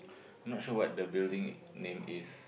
I'm not sure what the building name is